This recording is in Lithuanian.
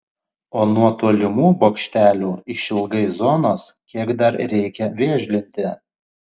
o nuo tolimų bokštelių išilgai zonos kiek dar reikia vėžlinti